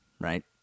right